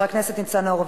חבר הכנסת ניצן הורוביץ,